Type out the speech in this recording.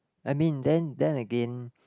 I mean then then again